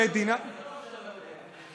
שמדינת, זה טוב שאתה לא יודע.